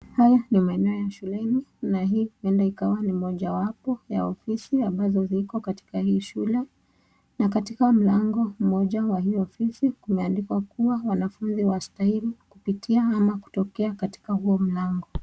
Haya ni maeneo ya shuleni na hii huenda ni kawa ni mojawapo ya ofisi ambazo ziko katika shule na mlango moja wa hio ofisi kume andikwa wanafunzi hawastahili kupitia hapa au kutokea katika huo mlango.